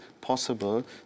possible